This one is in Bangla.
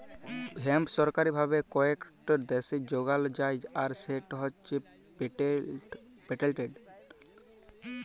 হেম্প সরকারি ভাবে কয়েকট দ্যাশে যগাল যায় আর সেট হছে পেটেল্টেড